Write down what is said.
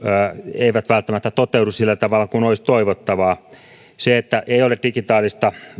eivät välttämättä toteudu sillä tavalla kuin olisi toivottavaa se että ei ole digitaalista